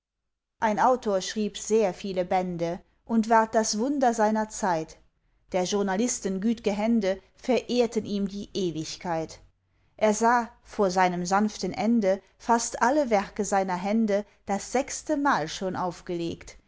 ein autor schrieb sehr viele bände und ward das wunder seiner zeit der journalisten gütge hände verehrten ihm die ewigkeit er sah vor seinem sanften ende fast alle werke seiner hände das sechste mal schon aufgelegt